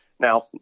Now